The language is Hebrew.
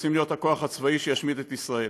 רוצים להיות הכוח הצבאי שישמיד את ישראל.